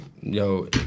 Yo